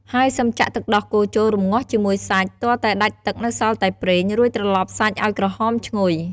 ហើយសិមចាក់ទឹកដោះគោចូលរម្ងាស់ជាមួយសាច់ ទាល់តែដាច់ទឹកនៅសល់តែប្រេង រួចត្រលប់សាច់ឱ្យក្រហមឈ្ងុយ។